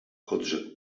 odrzekł